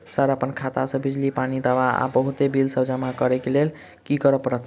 Sir अप्पन खाता सऽ बिजली, पानि, दवा आ बहुते बिल सब जमा करऽ लैल की करऽ परतै?